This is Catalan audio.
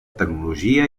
tecnologia